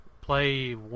play